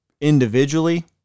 individually